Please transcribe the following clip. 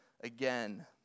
again